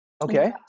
Okay